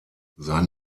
sein